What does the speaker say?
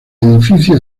edificio